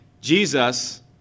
Jesus